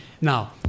Now